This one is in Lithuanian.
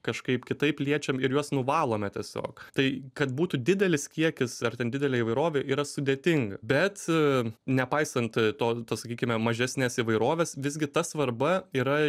kažkaip kitaip liečiam ir juos nuvalome tiesiog tai kad būtų didelis kiekis ar ten didelė įvairovė yra sudėtinga bet nepaisant to to sakykime mažesnės įvairovės visgi ta svarba yra